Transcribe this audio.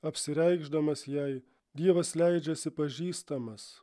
apsireikšdamas jai dievas leidžiasi pažįstamas